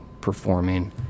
performing